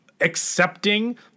accepting